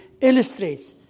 illustrates